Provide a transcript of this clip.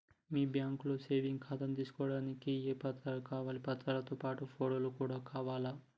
మీ బ్యాంకులో సేవింగ్ ఖాతాను తీసుకోవడానికి ఏ ఏ పత్రాలు కావాలి పత్రాలతో పాటు ఫోటో కూడా కావాలా?